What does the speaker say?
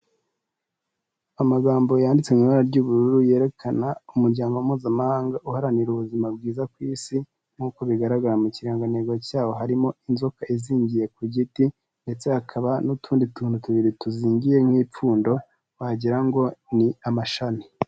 Amagambo yanditse mu ibara ry'ubururu, yerekana umuryango mpuzamahanga uharanira ubuzima bwiza ku isi nk'uko bigaragara mu kirangantego cyawo harimo inzoka izingiye ku giti ndetse hakaba n'utundi tuntu tubiri tuzingiye nk'ipfundo wagira ngo ni amashami.